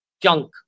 junk